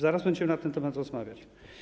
Zaraz będziemy na ten temat rozmawiać.